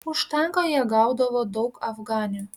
už tanką jie gaudavo daug afganių